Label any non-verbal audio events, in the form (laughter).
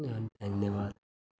(unintelligible) धन्नवाद